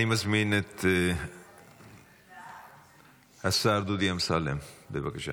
אני מזמין את השר דודי אמסלם, בבקשה.